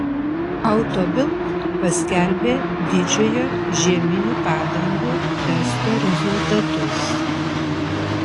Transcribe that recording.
auto bild paskelbė didžiojo žieminių padangų testo rezultatus